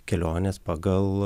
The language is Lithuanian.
keliones pagal